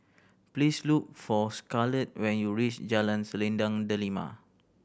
please look for Scarlet when you reach Jalan Selendang Delima